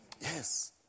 Yes